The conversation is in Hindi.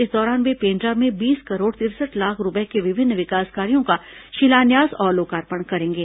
इस दौरान वे पेण्ड्रा में बीस करोड़ तिरसठ लाख रूपये के विभिन्न विकास कार्यों का शिलान्यास और लोकार्पण करेंगे